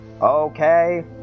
Okay